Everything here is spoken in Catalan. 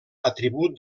atribut